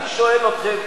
אני שואל אתכם: